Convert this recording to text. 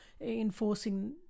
enforcing